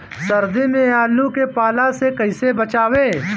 सर्दी में आलू के पाला से कैसे बचावें?